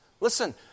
Listen